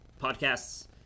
podcasts